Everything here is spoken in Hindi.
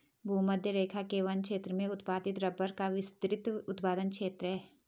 भूमध्यरेखा के वन क्षेत्र में उत्पादित रबर का विस्तृत उत्पादन क्षेत्र है